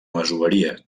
masoveria